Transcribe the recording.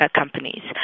companies